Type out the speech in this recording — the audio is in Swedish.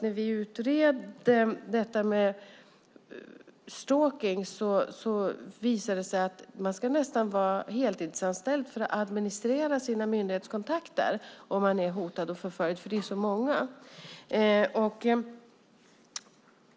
När vi utreder detta med stalking visar det sig att man nästan ska vara heltidsanställd för att administrera sina myndighetskontakter om man är hotad och förföljd, för det är ju så många kontakter med olika myndigheter.